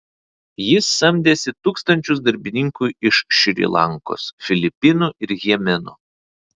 jis samdėsi tūkstančius darbininkų iš šri lankos filipinų ir jemeno